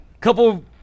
couple